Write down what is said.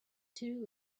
two